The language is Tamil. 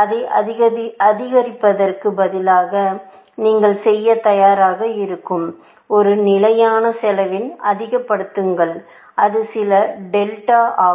அதை அதிகரிப்பதற்கு பதிலாக நீங்கள் செய்ய தயாராக இருக்கும் ஒரு நிலையான செலவில் அதிகப்படுத்துங்கள் அது சில டெல்டா ஆகும்